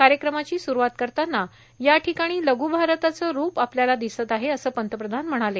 कार्यक्रमाची सुरुवात करताना या ठिकाणी लघ् भारताचे रुप आपल्याला दिसत आहे असं पंतप्रधान म्हणाले